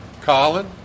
Colin